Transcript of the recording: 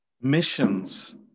missions